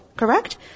Correct